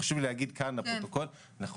חשוב לי להגיד את זה לפרוטוקול אנחנו